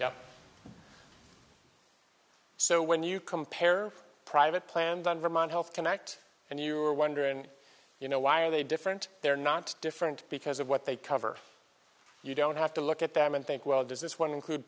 now so when you compare private plan done vermont health connect and you're wondering you know why are they different they're not different because of what they cover you don't have to look at them and think well does this one include